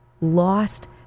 lost